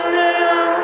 now